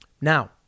Now